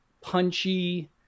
punchy